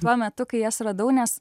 tuo metu kai jas radau nes